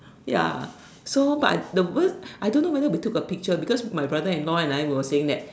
ya so but the work I don't know whether we took a picture because my brother-in-law and I were saying that